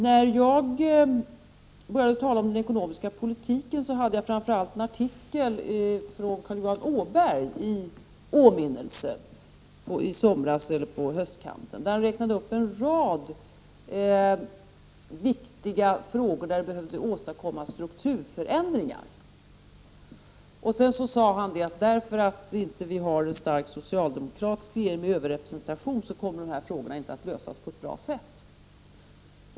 När jag började tala om den ekonomiska politiken, hade jag framför allt en artikel av Carl Johan Åberg i åminnelse — han skrev den i somras eller på höstkanten. Han räknade upp en rad viktiga frågor, där det behövde åstadkommas strukturförändringar, och han sade att eftersom vi inte har en stark socialdemokratisk regering med överrepresentation, kommer dessa frågor inte att lösas på ett bra sätt.